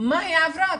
מה היא עברה.